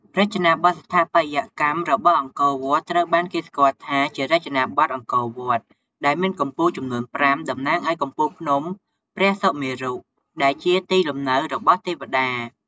រចនាបថស្ថាបត្យកម្មរបស់អង្គរវត្តត្រូវបានគេស្គាល់ថាជារចនាបថអង្គរវត្ត ដែលមានកំពូលចំនួនប្រាំ តំណាងឱ្យកំពូលភ្នំព្រះសុមេរុ ដែលជាទីលំនៅរបស់ទេវតា។